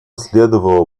следовало